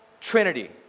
trinity